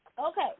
Okay